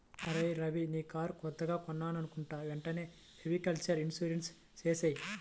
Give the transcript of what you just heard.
అరేయ్ రవీ నీ కారు కొత్తగా కొన్నావనుకుంటా వెంటనే వెహికల్ ఇన్సూరెన్సు చేసేయ్